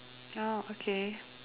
ah okay